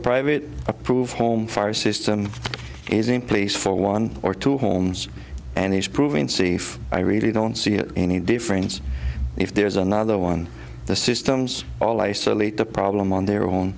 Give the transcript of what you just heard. private approved home far system is in place for one or two homes and he's proving cif i really don't see any difference if there's another one the systems all isolate the problem on their own